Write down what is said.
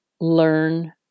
learn